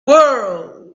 world